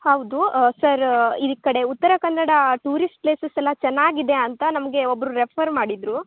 ಹೌದು ಸರ್ ಈ ಕಡೆ ಉತ್ತರ ಕನ್ನಡ ಟೂರಿಸ್ಟ್ ಪ್ಲೇಸಸೆಲ್ಲ ಚೆನ್ನಾಗಿದೆ ಅಂತ ನಮಗೆ ಒಬ್ಬರು ರೆಫರ್ ಮಾಡಿದ್ರು